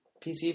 PC